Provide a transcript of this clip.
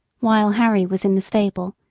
while harry was in the stable,